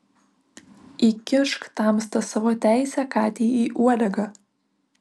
įkišk tamsta savo teisę katei į uodegą